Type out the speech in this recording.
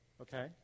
Okay